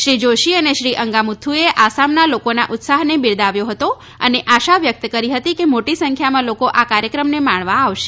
શ્રી જોશી અને શ્રી અંગામુથુએ આસામના લોકોના ઉત્સાહને બિરાદાવ્યો હતો અને આશા વ્યક્ત કરી હતી કે મોટી સંખ્યામાં લોકો આ કાર્યક્રમને માણવા આવશે